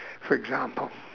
for example